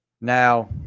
Now